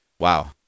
Wow